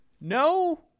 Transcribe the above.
No